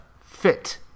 fit